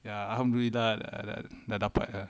ya alhamdulilah dah dah dapat ah